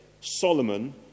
Solomon